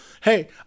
Hey